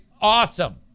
awesome